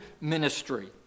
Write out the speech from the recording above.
ministry